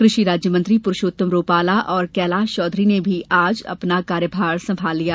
कृषि राज्यमंत्री परषोत्तम रूपाला और कैलाश चौधरी ने भी आज अपना कार्यभार संभाल लिया